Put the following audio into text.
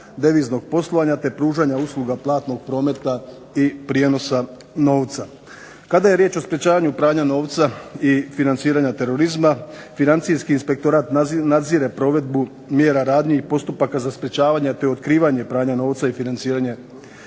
deviznog poslovanja, te pružanja usluga platnog prometa i prijenosa novca. Kada je riječ o sprječavanju pranja novca i financiranja terorizma, financijski inspektorat nadzire provedbu mjera radnji i postupaka za sprječavanje te otkrivanje pranja novca i financiranja terorizma,